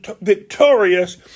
victorious